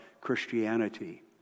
Christianity